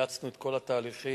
האצנו את כל התהליכים